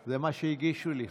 לא,